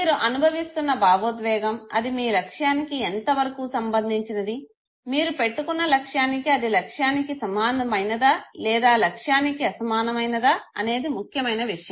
మీరు అనుభవిస్తున్న భావోద్వేగం అది మీ లక్ష్యానికి ఎంత వరకు సంబంధించినది మీరు పెట్టుకున్న లక్ష్యానికి అది లక్ష్యానికి సమానమైనదా లేదా లక్ష్యానికి అసమానమైనదా అనేది ముఖ్యమైన విషయం